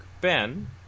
Ben